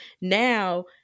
now